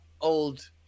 old